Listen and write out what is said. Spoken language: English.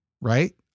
Right